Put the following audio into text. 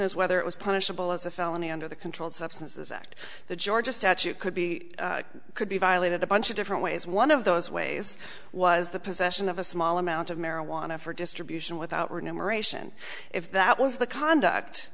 is whether it was punishable as a felony under the controlled substances act the georgia statute could be could be violated a bunch of different ways one of those ways was the possession of a small amount of marijuana for distribution without renumeration if that was the conduct